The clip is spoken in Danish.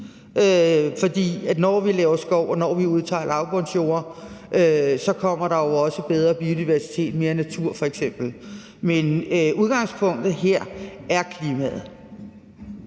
for når vi laver skov, og når vi udtager lavbundsjorder, kommer der også bedre biodiversitet og mere natur f.eks., men udgangspunktet her er klimaet.